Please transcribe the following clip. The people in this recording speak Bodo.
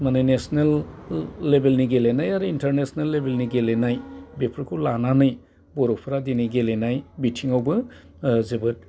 माने नेसनेल लेबेलनि गेलेनाय आरो इन्तारनेसनेल लेबेलनि गेलेनाय बेफोरखौ लानानै बर'फोरा दिनै गेलेनाय बिथिंआवबो जोबोद